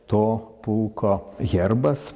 to pulko herbas